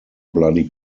bloody